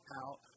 out